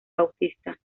bautista